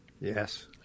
Yes